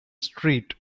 street